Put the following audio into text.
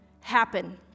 happen